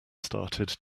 started